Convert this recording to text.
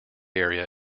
area